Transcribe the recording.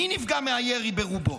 מי נפגע מהירי ברובו?